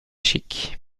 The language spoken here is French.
chic